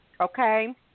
Okay